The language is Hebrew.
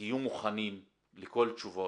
תהיו מוכנים עם תשובות.